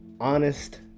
honest